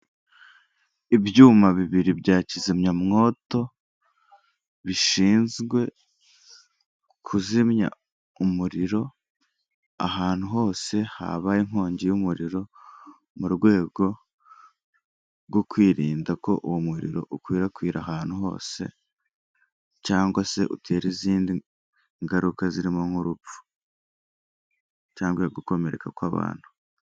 Umuhanda w'umukara aho uganisha ku bitaro byitwa Sehashiyibe, biri mu karere ka Huye, aho hahagaze umuntu uhagarika imodoka kugirango babanze basuzume icyo uje uhakora, hakaba hari imodoka nyinshi ziparitse.